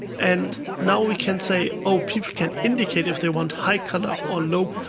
and now we can say, oh, people can indicate if they want high color or low